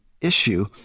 issue